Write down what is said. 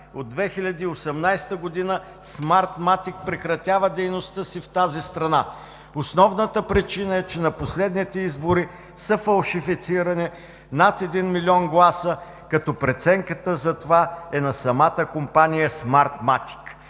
от 2018 г. „Смарт матик“ прекратява дейността си в тази страна.“ Основната причина е, че на последните избори са фалшифицирани над 1 милион гласа, като преценката за това е на самата компания „Смарт